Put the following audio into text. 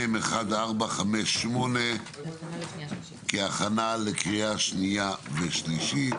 מ/1458, הכנה לקריאה שנייה ושלישית.